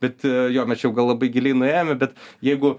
bet jo mes čia jau gal labai giliai nuėjome bet jeigu